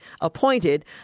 appointed